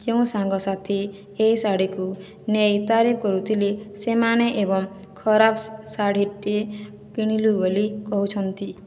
ଯେଉଁ ସାଙ୍ଗସାଥି ଏହି ଶାଢ଼ୀକୁ ନେଇ ତାରିଫ କରୁଥିଲେ ସେମାନେ ଏବଂ ଖରାପ ଶାଢ଼ୀଟିଏ କିଣିଲୁ ବୋଲି କହୁଛନ୍ତି